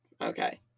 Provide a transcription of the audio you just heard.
Okay